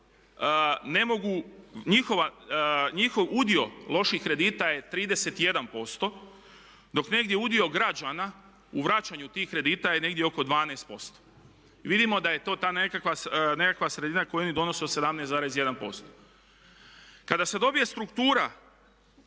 njihov udio loših kredita je 31% dok negdje udio građana u vraćanju tih kredita je negdje oko 12%. I vidimo da je to ta nekakva sredina koju oni donose od 17,1%. Kada se dobije struktura